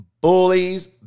bullies